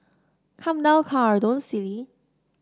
come down car don't silly